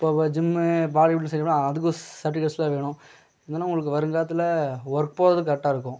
இப்போ gym Bollywood சர்டிஃபிகேட்டுலாம் அதுக்கு சர்டிஃபிகேட்ஸ்லாம் வேணும் இல்லைன்னா உங்களுக்கு வருங்காலத்தில் ஒர்க் போகிறதுக்கு கரெக்டாக இருக்கும்